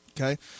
okay